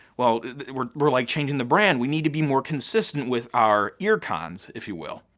well we're we're like changing the brand, we need to be more consistent with our earcons, if you will.